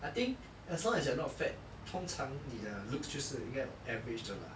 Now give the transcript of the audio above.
I think as long as you're not fat 通常你的 looks 就是应该 average de lah